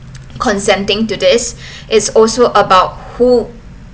consenting to this is also about who